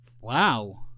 wow